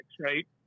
right